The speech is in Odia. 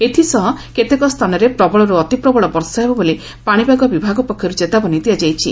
ଏଥିସହ କେତେକ ସ୍ଥାନରେ ପ୍ରବଳରୁ ଅତିପ୍ରବଳ ବର୍ଷା ହେବ ବୋଲି ପାଶିପାଗ ବିଭାଗ ପକ୍ଷରୁ ଚେତାବନୀ ଦିଆଯାଇଛି